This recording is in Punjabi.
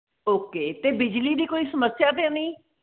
ਓਕੇ ਅਤੇ ਬਿਜਲੀ ਦੀ ਕੋਈ ਸਮੱਸਿਆ ਤਾਂ ਨਹੀਂ